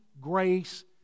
grace